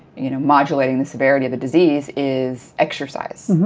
you know, modulating the severity of the disease is exercise.